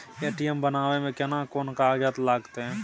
ATM बनाबै मे केना कोन कागजात लागतै?